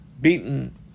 beaten